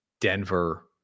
denver